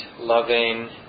loving